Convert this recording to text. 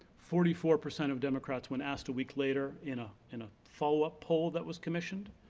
forty four percent of democrats, when asked a week later in ah in a follow up poll that was commissioned,